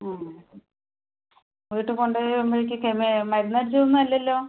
ആ വീട്ടിൽ കൊണ്ടുപോയി വരുമ്പോഴേക്ക് ഒക്കെ മേ മരുന്ന് അടിച്ചത് ഒന്നും അല്ലല്ലോ